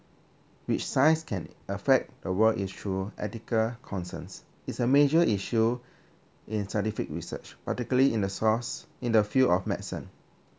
which science can affect the world issue ethical concerns it's a major issue in scientific research particularly in the source in the field of medicine